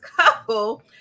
couple